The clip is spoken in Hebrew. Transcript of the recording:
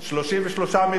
330 מיליון